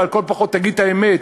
אבל לכל הפחות תגיד את האמת.